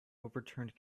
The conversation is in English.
overturned